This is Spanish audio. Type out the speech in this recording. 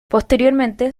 posteriormente